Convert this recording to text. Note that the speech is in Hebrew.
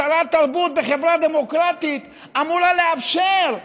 שרת תרבות בחברה דמוקרטית אמורה לאפשר,